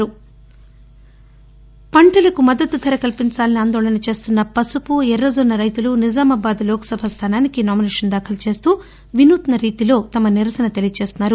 Nizamabad nomination పంటలకు మద్దతుధర కల్పించాలని ఆందోళన చేస్తున్న పసుపు ఎర్రజొన్న రైతులు నిజామాబాద్ లోక్సభ స్థానానికి నామినేషన్ దాఖలు చేస్తూ వినూత్న రీతిలో తమ నిరసన తెలియజేస్తున్నారు